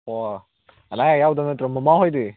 ꯑꯣ ꯑꯅꯥ ꯑꯌꯦꯛ ꯌꯥꯎꯗꯕ ꯅꯠꯇ꯭ꯔꯣ ꯃꯃꯥ ꯍꯣꯏꯗꯤ